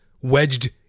wedged